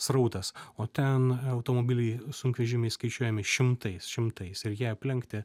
srautas o ten automobiliai sunkvežimiai skaičiuojami šimtais šimtais ir ją aplenkti